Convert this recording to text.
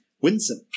winsome